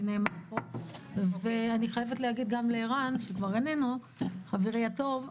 אני חייבת להגיד לערן חברי הטוב,